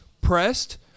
pressed